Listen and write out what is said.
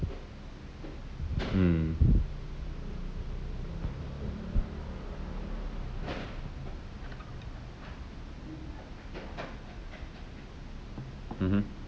mm mmhmm